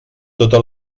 tota